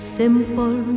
simple